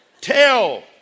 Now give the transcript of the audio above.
Tell